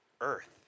earth